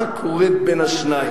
מה קורה בין השניים?